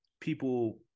people